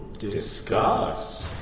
discuss!